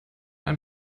ein